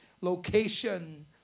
location